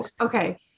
Okay